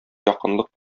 якынлык